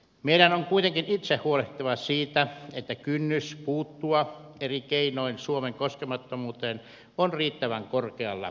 meidän on kuitenkin itse huolehdittava siitä että kynnys puuttua eri keinoin suomen koskemattomuuteen on riittävän korkealla